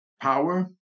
power